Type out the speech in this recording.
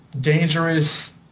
dangerous